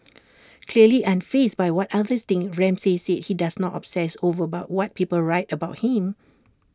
clearly unfazed by what others think Ramsay said he does not obsess over about what people write about him